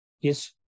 Yes